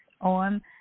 on